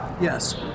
yes